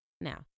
Now